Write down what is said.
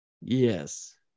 yes